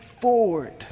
forward